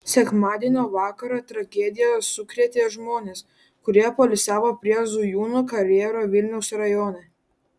sekmadienio vakarą tragedija sukrėtė žmones kurie poilsiavo prie zujūnų karjero vilniaus rajone